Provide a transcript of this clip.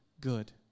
good